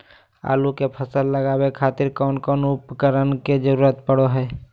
आलू के फसल लगावे खातिर कौन कौन उपकरण के जरूरत पढ़ो हाय?